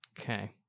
Okay